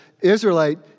Israelite